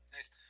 Nice